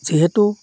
যিহেতু